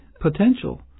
potential